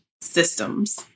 systems